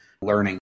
learning